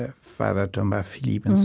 ah father thomas philippe,